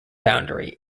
boundary